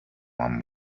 one